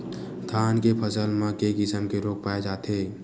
धान के फसल म के किसम के रोग पाय जाथे?